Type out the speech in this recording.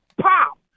pop